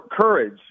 courage